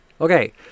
Okay